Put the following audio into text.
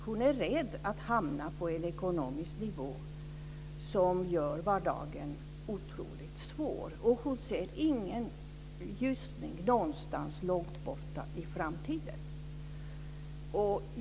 Hon är rädd att hamna på en ekonomisk nivå som gör vardagen oerhört svår. Hon ser inte heller någon ljusning långt bort i framtiden.